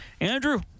Andrew